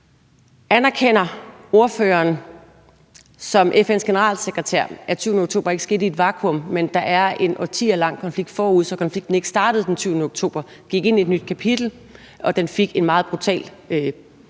Anerkender ordføreren ligesom FN's generalsekretær, at 7. oktober ikke skete i et vakuum, men at der er en årtier lang konflikt før det, altså at konflikten ikke startede den 7. oktober – at den gik ind i et nyt kapitel og fik en meget brutal